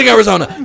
Arizona